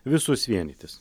visus vienytis